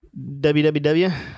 WWW